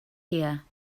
here